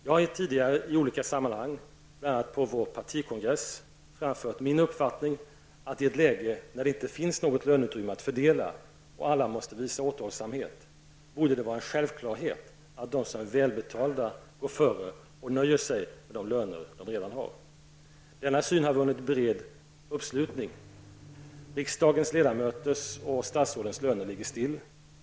Jag har tidigare i olika sammanhang, bl.a. på vår partikongress, framfört min uppfattning att i ett läge när det inte finns något löneutrymme att fördela och alla måste visa återhållsamhet borde det vara en självklarhet att de som är välbetalda går före och nöjer sig med de löner de redan har. Denna syn har vunnit bred uppslutning. Riksdagens ledamöters och statsrådens löner ligger stilla.